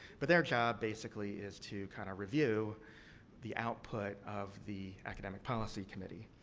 but, their job, basically, is to kind of review the output of the academic policy committee.